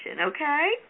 okay